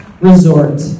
resort